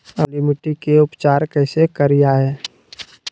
अम्लीय मिट्टी के उपचार कैसे करियाय?